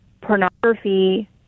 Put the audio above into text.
pornography